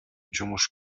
жумуш